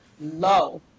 low